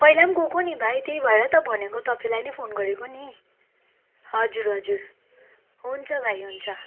पहिला पनि गएको नि भाइ त्यही भएर त भनेको तपाईँलाई नै फोन गरेको नि हजुर हजुर हुन्छ भाइ हुन्छ